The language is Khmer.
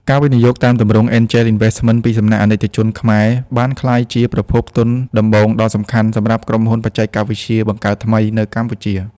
ការវិនិយោគតាមទម្រង់ Angel Investment ពីសំណាក់អាណិកជនខ្មែរ បានក្លាយជាប្រភពទុនដំបូងដ៏សំខាន់សម្រាប់ក្រុមហ៊ុនបច្ចេកវិទ្យាបង្កើតថ្មី នៅកម្ពុជា។